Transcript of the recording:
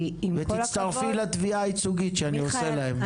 ותצטרפי לתביעה הייצוגית שאני עושה להם.